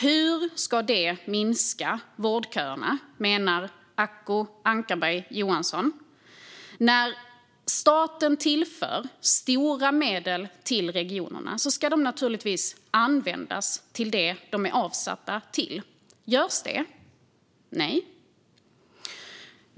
Hur ska det minska vårdköerna, menar Acko Ankarberg Johansson? När staten tillför stora medel till regionerna ska dessa naturligtvis användas till det de är avsedda för. Görs det? Nej.